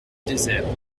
désert